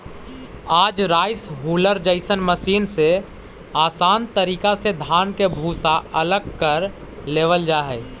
आज rice huller जइसन machine से आसान तरीका से धान के भूसा अलग कर लेवल जा हई